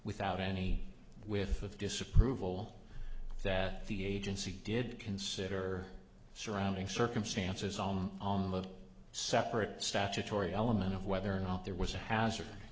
without any with with disapproval that the agency did consider surrounding circumstances on the separate statutory element of whether or not there was a hazard